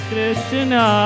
Krishna